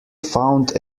found